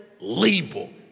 label